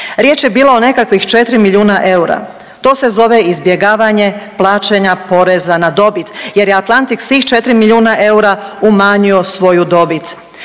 Riječ je bila o nekakvih 4 milijuna eura, to se zove izbjegavanje plaćanja poreza na dobit jer je Atlantic s tih 4 milijuna eura umanjio svoju dobit.